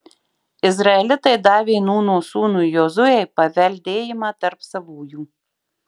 izraelitai davė nūno sūnui jozuei paveldėjimą tarp savųjų